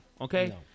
Okay